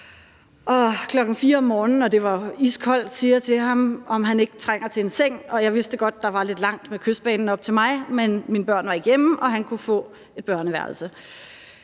Klokken var 4 om morgenen, og det var iskoldt, og så siger jeg til ham, om ikke han trænger til en seng. Jeg vidste godt, at der var lidt langt med Kystbanen op til mig, men mine børn var ikke hjemme, og han kunne få et børneværelse.